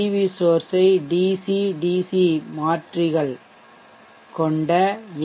we சோர்ஷ் ஐ DC DC மாற்றிகள் கொண்ட எம்